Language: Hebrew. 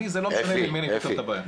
לי זה לא משנה עם מי אני פותר את הבעיה.